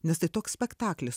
nes tai toks spektaklis